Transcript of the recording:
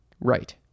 Right